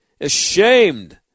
ashamed